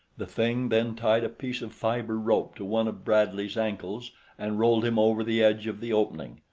the thing then tied a piece of fiber rope to one of bradley's ankles and rolled him over the edge of the opening.